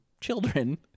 children